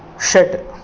षट्